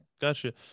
gotcha